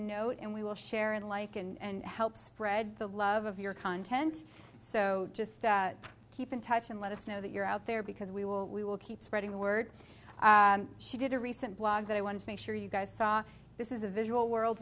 note and we will share and like and help spread the love of your content so just keep in touch and let us know that you're out there because we will we will keep spreading the word she did a recent blog that i wanted to make sure you guys saw this is a visual world